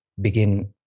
begin